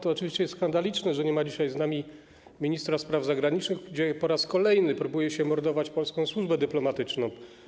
To oczywiście jest skandaliczne, że nie ma dzisiaj z nami ministra spraw zagranicznych, gdy po raz kolejny próbuje się mordować polską służbę dyplomatyczną.